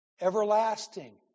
Everlasting